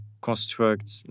construct